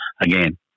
again